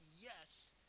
yes